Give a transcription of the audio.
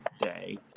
day